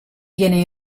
viene